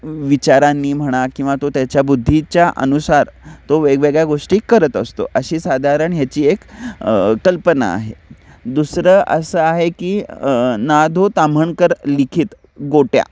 विचारांनी म्हणा किंवा तो त्याच्या बुद्धीच्या अनुसार तो वेगवेगळ्या गोष्टी करत असतो अशी साधारण ह्याची एक कल्पना आहे दुसरं असं आहे की ना धों ताम्हणकर लिखित गोट्या